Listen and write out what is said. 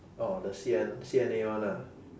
orh the C_N C_N_A [one] ah